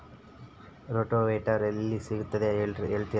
Rotavator ಎಲ್ಲಿ ಸಿಗುತ್ತದೆ ಹೇಳ್ತೇರಾ?